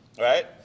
right